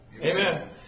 Amen